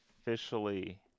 officially